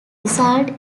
result